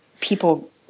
people